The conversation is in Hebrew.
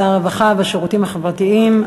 שר הרווחה והשירותים החברתיים,